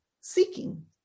seeking